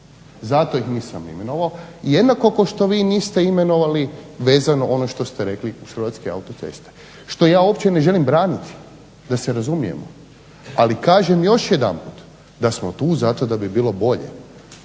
Zato ih nisam imenovao, jednako kao što vi niste imenovali vezano ono što ste rekli uz Hrvatske autoceste što ja uopće ne želim braniti, da se razumijemo. Ali kažem još jedanput da smo tu zato da bi bilo bolje.